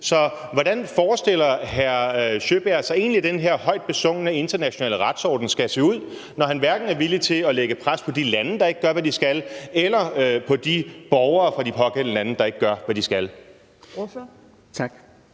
Så hvordan forestiller hr. Nils Sjøberg sig egentlig, at den her højtbesungne internationale retsorden skal se ud, når han hverken er villig til at lægge pres på de lande, der ikke gør, hvad de skal, eller på de borgere fra de pågældende lande, der ikke gør, hvad de skal?